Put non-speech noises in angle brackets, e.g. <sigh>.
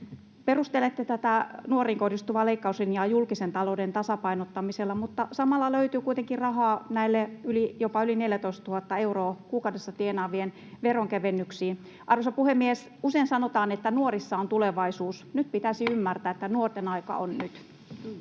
Perustelette tätä nuoriin kohdistuvaa leikkauslinjaa julkisen talouden tasapainottamisella, mutta samalla löytyy kuitenkin rahaa näiden jopa yli 14 000 euroa kuukaudessa tienaavien veronkevennyksiin. Arvoisa puhemies! Usein sanotaan, että nuorissa on tulevaisuus. <noise> Nyt pitäisi ymmärtää, että nuorten aika on nyt.